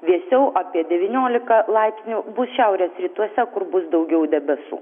vėsiau apie devyniolika laipsnių bus šiaurės rytuose kur bus daugiau debesų